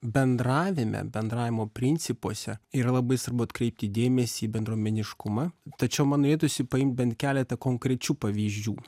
bendravime bendravimo principuose yra labai svarbu atkreipti dėmesį į bendruomeniškumą tačiau man norėtųsi paimti bent keletą konkrečių pavyzdžių